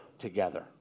together